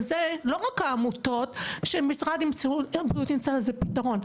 לא רק העמותות, שמשרד הבריאות ימצא לזה פתרון.